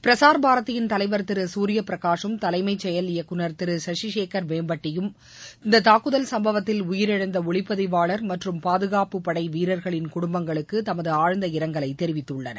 பிரசார் பாரதியின் தலைவர் திரு சூரியபிரகாஷும் தலைமை செயல் இயக்குனர் திரு சசிசேகர் வேம்பட்டியும் இந்த தூக்குதல் சம்பவத்தில் உயிரிழந்த ஒளிப்பதிவாளர் மற்றும் பாதுகாப்புப்படை வீரர்களின் குடும்பங்களுக்கு தமது ஆழ்ந்த இரங்கலை தெரிவித்துள்ளனர்